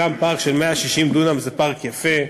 גם פארק של 160 דונם זה פארק יפה,